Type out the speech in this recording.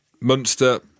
Munster